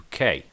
UK